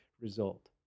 result